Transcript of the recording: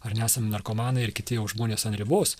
ar nesam narkomanai ir kiti jau žmonės ant ribos